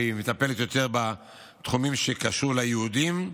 והיא מטפלת יותר בתחומים שקשורים ליהודים.